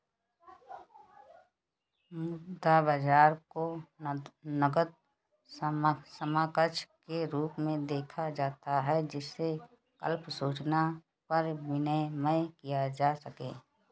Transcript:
मुद्रा बाजार को नकद समकक्ष के रूप में देखा जाता है जिसे अल्प सूचना पर विनिमेय किया जा सके